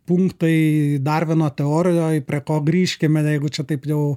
punktai darvino teorijoj prie ko grįžkime jeigu čia taip jau